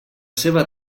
seva